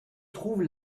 trouvent